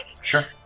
Sure